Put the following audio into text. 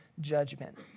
judgment